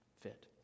fit